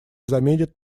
заменит